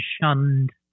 shunned